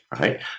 right